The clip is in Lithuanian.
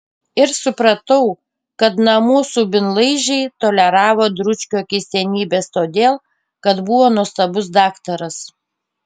ir supratau kad namų subinlaižiai toleravo dručkio keistenybes todėl kad buvo nuostabus daktaras